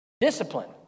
discipline